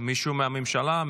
מישהו מהממשלה?